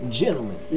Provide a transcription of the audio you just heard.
gentlemen